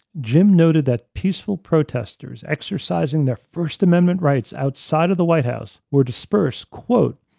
jim noted that peaceful protestors, exercising their first amendment rights outside of the white house, were dispersed, quote,